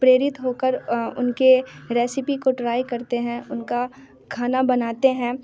प्रेरित हो कर उनकी रेसिपी को ट्राई करते हैं उनका खाना बनाते हैं